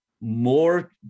more